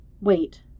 Wait